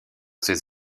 ses